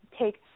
take